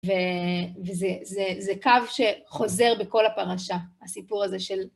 וזה קו שחוזר בכל הפרשה, הסיפור הזה של...